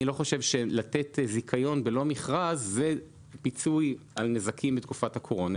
אני לא חושב שלתת זיכיון בלא מכרז זה פיצוי על נזקים בתקופת הקורונה.